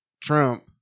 Trump